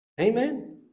Amen